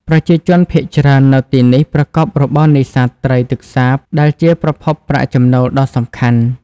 ប្រជាជនភាគច្រើននៅទីនេះប្រកបរបរនេសាទត្រីទឹកសាបដែលជាប្រភពប្រាក់ចំណូលដ៏សំខាន់។